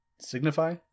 signify